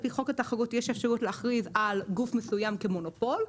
על פי חוק התחרות יש אפשרות להכריז על גוף מסוים כמונופול,